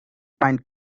pine